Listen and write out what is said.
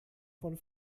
von